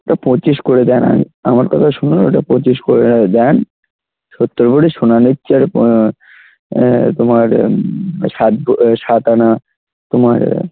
তা পঁচিশ করে দিন আমি আমার কথা শুনুন ওটা পঁচিশ করে দিন সত্তর ভরি সোনা নিচ্ছি আর তোমার সাত ভো সাত আনা তোমার